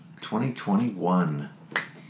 2021